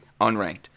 unranked